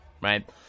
right